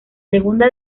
segunda